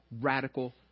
radical